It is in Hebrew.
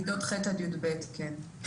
כיתות ח'-י"ב, כן.